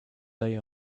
day